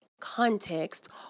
context